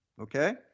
okay